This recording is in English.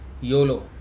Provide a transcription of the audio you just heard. YOLO